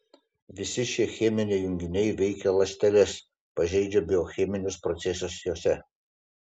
visi šie cheminiai junginiai veikia ląsteles pažeidžia biocheminius procesus juose